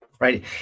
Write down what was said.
right